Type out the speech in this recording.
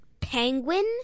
penguin